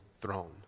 throne